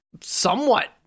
somewhat